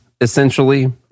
essentially